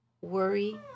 worry